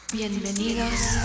Bienvenidos